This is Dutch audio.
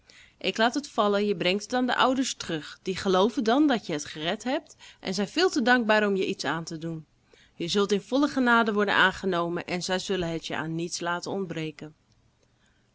ik laat het vallen je brengt het aan de ouders terug die gelooven dan dat je het gered hebt en zijn veel te dankbaar om je iets aan te doen je zult in volle genade worden aangenomen en zij zullen het je aan niets laten ontbreken